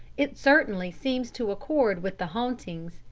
it certainly seems to accord with the hauntings,